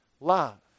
love